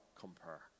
compare